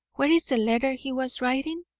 where is the letter he was writing?